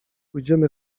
pójdziemy